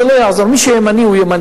זה לא יעזור, מי שימני הוא ימני.